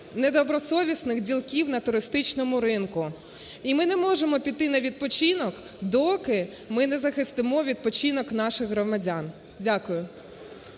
недобросовісних ділків на туристичному ринку. І ми не можемо піти на відпочинок, доки ми не захистимо відпочинок наших громадян. Дякую.